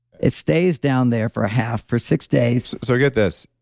it stays down there for a half for six days. so, get this,